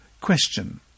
Question